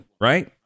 Right